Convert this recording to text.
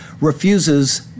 refuses